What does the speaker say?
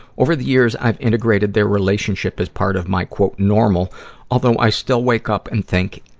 over the years, i've integrated their relationship as part of my normal although i still wake up and think,